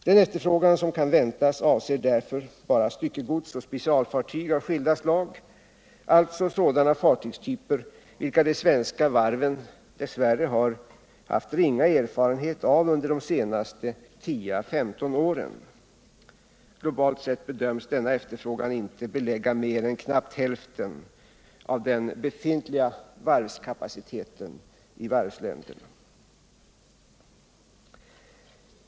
Den efterfrågan som kan väntas avser därför bara styckegodsoch specialfartyg av skilda slag, alltså sådana fartygstyper som de svenska varven dess värre haft ringa erfarenhet av under de senaste 10 å 15 åren. Globalt sett bedöms denna efterfrågan inte belägga mer än knappt hälften av den befintliga varvskapaciteten i varvsländerna.